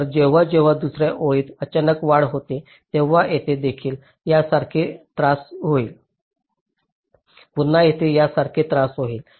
तर जेव्हा जेव्हा दुसर्या ओळीत अचानक वाढ होते तेव्हा येथे देखील यासारखे त्रास होईल पुन्हा येथे यासारखे त्रास होईल